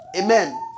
Amen